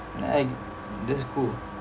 I that's cool